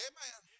Amen